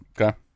Okay